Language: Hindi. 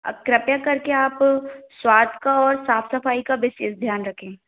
अब कृपया कर के आप स्वाद का और साफ़ सफ़ाई का बिसेस ध्यान रखें